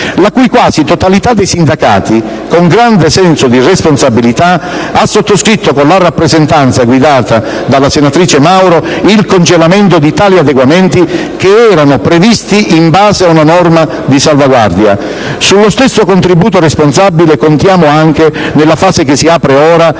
la quasi totalità dei cui sindacati, con grande senso di responsabilità, ha sottoscritto con la Rappresentanza guidata dalla senatrice Mauro il congelamento di tali adeguamenti, che erano previsti in base ad una norma di salvaguardia. Sullo stesso contributo responsabile contiamo anche nella fase che si apre ora